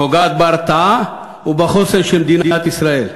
פוגעת בהרתעה ובחוסן של מדינת ישראל.